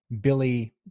billy